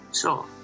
Sure